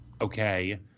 okay